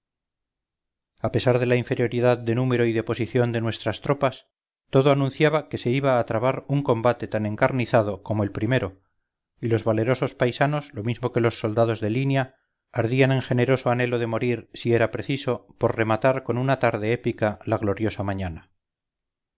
a pesar de la inferioridad de número y de posición de nuestras tropas todo anunciaba que se iba a trabar un combate tan encarnizado como el primero y los valerosos paisanos lo mismo que los soldados de línea ardían en generoso anhelo de morir si era preciso por rematar con una tarde épica la gloriosa mañana